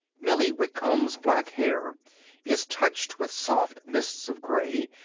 millie whitcomb's black hair is touched with soft mists of gray,